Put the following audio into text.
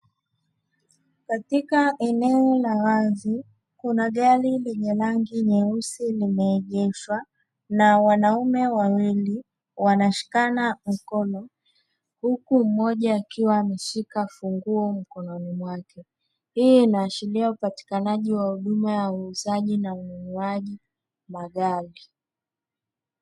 Katika eneo la wazi kuna gari lenye rangi nyeusi limeegeshwa, na wanaume wawili wanashikana mkono. Huku umoja akiwa ameshika funguo mkononi mwake. Hii inaashiria upatikanaji wa huduma ya uuzaji magari.